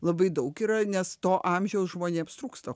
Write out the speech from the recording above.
labai daug yra nes to amžiaus žmonėms trūksta